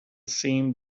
seemed